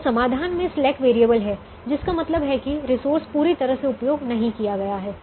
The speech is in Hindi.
तो समाधान में स्लैक वैरिएबल है जिसका मतलब है कि रिसोर्स पूरी तरह से उपयोग नहीं किया गया है